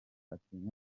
atinya